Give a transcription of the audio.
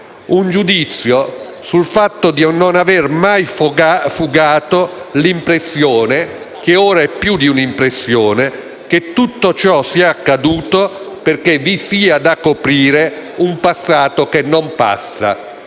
Un giudizio sul fatto di non aver mai fugato l'impressione - che ora è più di un'impressione - che tutto ciò sia accaduto perché vi sia da coprire un passato che non passa.